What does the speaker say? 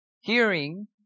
Hearing